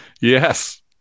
Yes